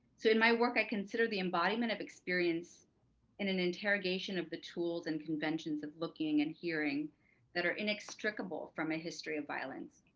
so in my work, i consider the embodiment of experience in an interrogation of the tools and conventions of looking and hearing that are inextricable from a history of violence.